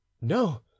no